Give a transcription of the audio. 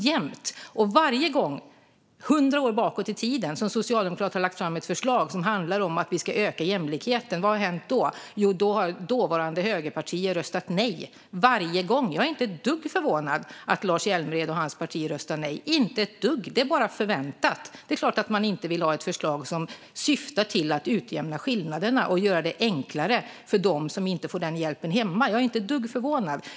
Vad har hänt varje gång - 100 år bakåt i tiden - som Socialdemokraterna har lagt fram ett förslag som handlar om att öka jämlikheten? Jo, då har dåvarande högerpartier röstat nej - varje gång. Jag är inte ett dugg förvånad att Lars Hjälmered och hans parti röstar nej - inte ett dugg. Det är bara förväntat. Det är klart att de inte vill ha ett förslag som syftar till att utjämna skillnaderna och göra det enklare för dem som inte får hjälp hemma. Jag är inte ett dugg förvånad.